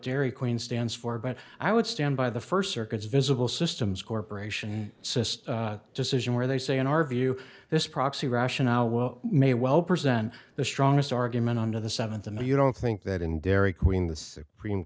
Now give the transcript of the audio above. dairy queen stands for but i would stand by the first circuits visible systems corporation system decision where they say in our view this proxy rationale well may well present the strongest argument under the seventh and you don't think that in dairy queen the supreme